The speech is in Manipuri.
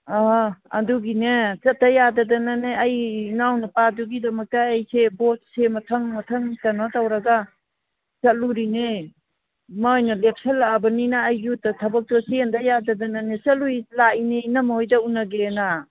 ꯑꯗꯨꯒꯤꯅꯦ ꯆꯠꯇ ꯌꯥꯗꯗꯅꯅꯦ ꯑꯩ ꯏꯅꯥꯎ ꯅꯨꯄꯥꯗꯨꯒꯤꯗꯃꯛꯇ ꯑꯩꯁꯦ ꯄꯣꯠꯁꯦ ꯃꯊꯪ ꯃꯊꯪ ꯀꯩꯅꯣ ꯇꯧꯔꯒ ꯆꯠꯂꯨꯔꯤꯅꯦ ꯃꯣꯏꯅ ꯂꯦꯞꯁꯜꯂꯛꯑꯕꯅꯤꯅ ꯑꯩꯁꯨ ꯊꯕꯛꯇꯣ ꯆꯦꯟꯗ ꯌꯥꯗꯗꯅꯅꯦ ꯆꯠꯂꯨꯏ ꯂꯥꯛꯏꯅꯦ ꯏꯅꯝꯃ ꯍꯣꯏꯗ ꯎꯅꯒꯦꯅ